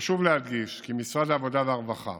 חשוב להדגיש כי משרד העבודה, הרווחה